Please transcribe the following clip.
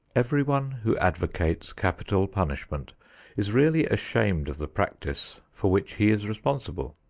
everyone who advocates capital punishment is really ashamed of the practice for which he is responsible.